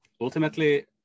ultimately